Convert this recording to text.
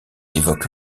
évoque